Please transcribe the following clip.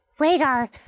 Rhaegar